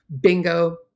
bingo